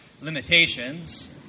limitations